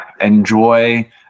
enjoy